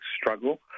struggle